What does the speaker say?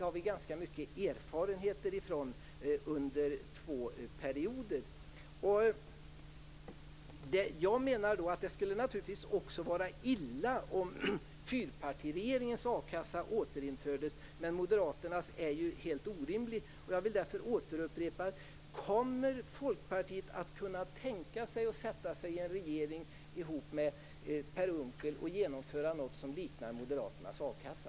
Vi har ganska många erfarenheter av det, efter två perioder. Det skulle naturligtvis också vara illa om fyrpartiregeringens a-kassa återinfördes. Men Moderaternas förslag är helt orimligt. Jag vill därför återupprepa min fråga: Kan Folkpartiet tänka sig att sätta sig i en regering ihop med Per Unckel och genomföra något som liknar Moderaternas a-kassa?